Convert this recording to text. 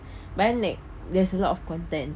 but then like there is a lot of content